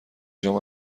جام